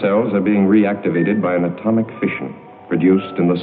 cells are being reactivated by an atomic fission produced in the